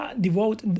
devote